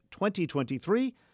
2023